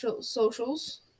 socials